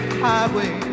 highway